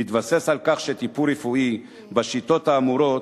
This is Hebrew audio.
בהתבסס על כך שטיפול רפואי בשיטות האמורות